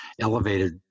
elevated